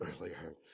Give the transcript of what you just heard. earlier